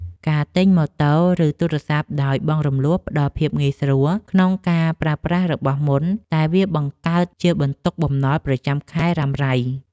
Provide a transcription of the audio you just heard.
ការទិញម៉ូតូ ឬទូរស័ព្ទដោយបង់រំលស់ផ្ដល់ភាពងាយស្រួលក្នុងការប្រើប្រាស់របស់មុន តែវាបង្កើតជាបន្ទុកបំណុលប្រចាំខែរ៉ាំរ៉ៃ។